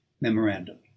memorandum